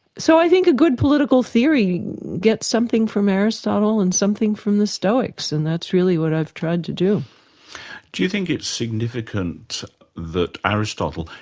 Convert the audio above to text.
so i think a good political theory gets something from aristotle and something from the stoics, and that's really what i've tried to do. do you think it's significant that aristotle,